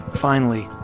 finally,